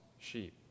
sheep